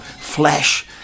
flesh